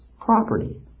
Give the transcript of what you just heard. property